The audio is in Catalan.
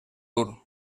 dur